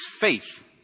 faith